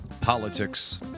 politics